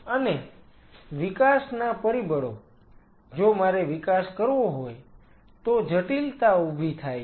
અને વિકાસના પરિબળો જો મારે વિકાસ કરવો હોય તો જટિલતા ઊભી થાય છે